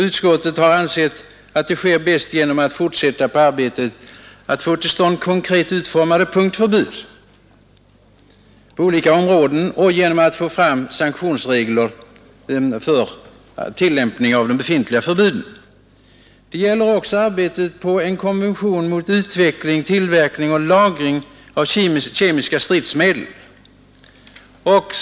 Utskottet har ansett att detta sker bäst genom att man fortsätter arbetet med att söka få till stånd konkret utformade punktförbud på olika områden och genom att man utarbetar sanktionsregler för tillämpning av de befintliga förbuden. Det gäller också arbetet på en konvention mot utveckling, tillverkning och lagring av kemiska stridsmedel.